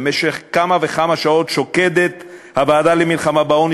במשך כמה וכמה שעות שוקדת הוועדה למלחמה בעוני